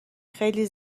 خیلی